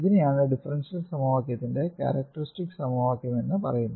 ഇതിനെയാണ് ഡിഫറൻഷ്യൽ സമവാക്യത്തിന്റെ ക്യാരക്ടെറിസ്ടിക് സമവാക്യം എന്ന് പറയുന്നത്